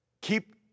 keep